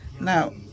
Now